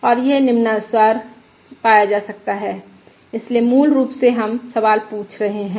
और यह निम्नानुसार पाया जा सकता है इसलिए मूल रूप से हम सवाल पूछ रहे हैं